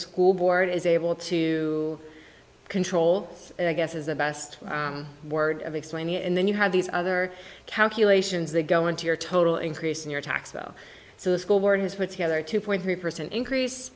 school board is able to control i guess is the best word of explaining it and then you have these other calculations they go into your total increase in your taxes so the school board has put together two point three percent increase